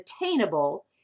attainable